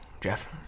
Jeff